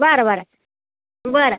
बरं बरं बरं